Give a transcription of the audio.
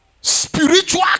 spiritual